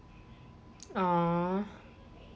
!aww!